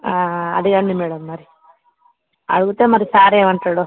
అడగండి మేడం మరి అడిగితే మరి సార్ ఏం అంటాడో